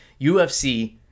UFC